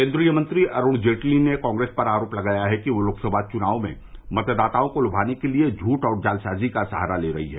केन्द्रीय मंत्री अरुण जेटली ने कांग्रेस पर आरोप लगाया है कि वह लोकसभा चुनाव में मतदाताओं को लगाने के लिए झठ और जालसाजी का सहारा ले रही है